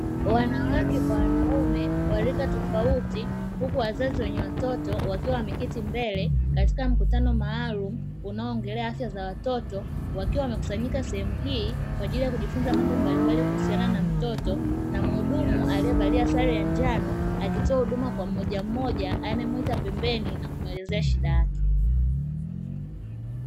Wanawake kwa wanaume wa rika tofauti, huku wazazi wenye watoto wakiwa wameketi mbele katika mkutano maalumu unaoongelea afya za watoto, wakiwa wamekusanyika sehemu hii kwa ajili ya kujifunza mambo mbalimbali kuhusiana na mtoto. Na mhudumu aliyevalia sare ya njano akitoa huduma kwa mmojammoja anayemwita pembeni na kumwelezea shida yake.